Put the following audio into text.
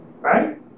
right